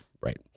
Right